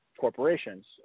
corporations